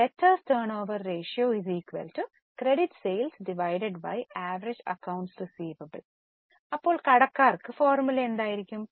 debtors turnover ratio credit sales average accounts receivables അപ്പോൾ കടക്കാർക്ക് formula എന്തായിരിക്കും